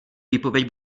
výpověď